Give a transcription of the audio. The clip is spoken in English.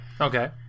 Okay